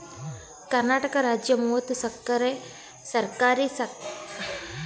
ಕರ್ನಾಟಕ ರಾಜ್ಯ ಮೂವತ್ತು ಸಹಕಾರಿ ಸಕ್ಕರೆ ಕಾರ್ಖಾನೆಗಳನ್ನು ಕಟ್ಟಿದೆ ಭಾರತವು ಹೆಚ್ಚು ಸಕ್ಕರೆ ಬಳಸೋ ದೇಶವಾಗಯ್ತೆ